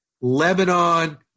Lebanon